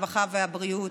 הרווחה והבריאות,